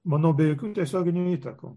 manau be jokių tiesioginių įtakų